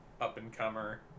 up-and-comer